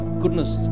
goodness